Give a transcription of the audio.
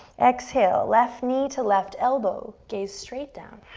exhale, left knee to left elbow, gaze straight down.